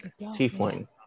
Tiefling